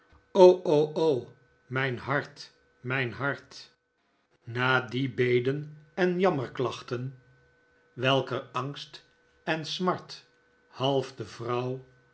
mijn hart mijn hart na die beden en jammerklachten welker vertrek uit yarmouth angst en smart half de